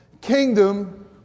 kingdom